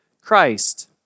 Christ